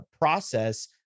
process